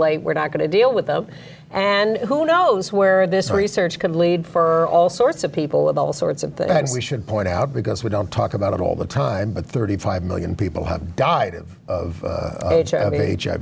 late we're not going to deal with them and who knows where this research could lead for all sorts of people of all sorts of things we should point out because we don't talk about it all the time but thirty five million people have died of